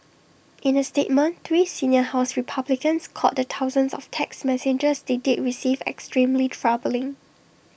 in A statement three senior house republicans called the thousands of text messages they did receive extremely troubling